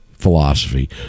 Philosophy